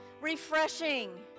refreshing